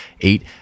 eight